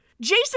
Jason